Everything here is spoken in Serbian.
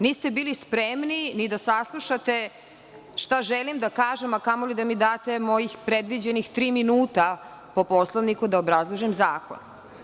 Niste bili spremni ni da saslušate šta želim da kažem, a kamoli da mi date mojih predviđenih tri minuta po Poslovniku da obrazložim zakon.